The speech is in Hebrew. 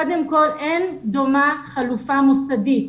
קודם כל אין דומה חלופה מוסדית,